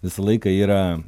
visą laiką yra